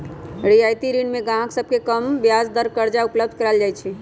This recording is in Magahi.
रियायती ऋण में गाहक सभके कम ब्याज दर पर करजा उपलब्ध कराएल जाइ छै